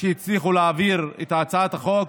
והם הצליחו להעביר את הצעת החוק,